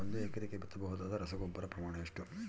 ಒಂದು ಎಕರೆಗೆ ಬಿತ್ತಬಹುದಾದ ರಸಗೊಬ್ಬರದ ಪ್ರಮಾಣ ಎಷ್ಟು?